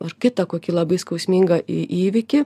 ar kitą kokį labai skausmingą į įvykį